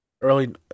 early